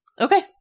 Okay